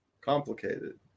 complicated